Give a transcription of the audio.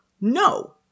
No